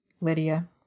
Lydia